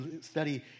study